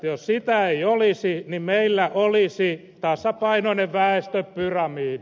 jos sitä ei olisi meillä olisi tasapainoinen väestöpyramidi